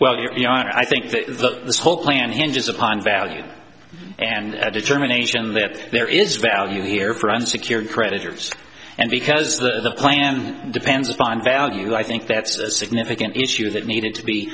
know i think that the whole plan hinges upon value and determination that there is value here for unsecured creditors and because the plan depends upon value i think that's a significant issue that needed to be